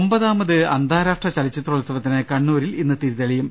ഒമ്പതാമത് അന്താരാഷ്ട്ര ചലച്ചിത്രോത്സവത്തിന് കണ്ണൂരിൽ ഇന്ന് തി രിതെളിയും